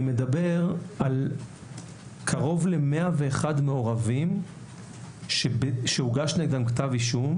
אני מדבר על קרוב ל-101 מעורבים שהוגש נגדם כתב אישום,